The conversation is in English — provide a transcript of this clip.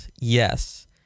Yes